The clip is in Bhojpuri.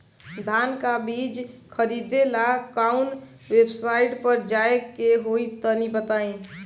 धान का बीज खरीदे ला काउन वेबसाइट पर जाए के होई तनि बताई?